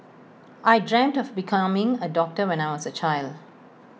I dreamt of becoming A doctor when I was A child